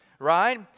right